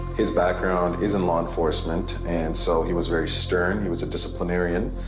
his background is in law enforcement and so he was very stern, he was a disciplinarian.